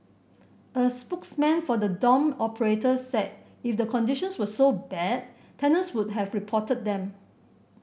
a spokesman for the dorm operator said if the conditions were so bad tenants would have reported them